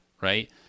right